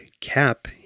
Cap